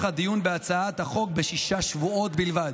הדיון בהצעת החוק בשישה שבועות בלבד.